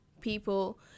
people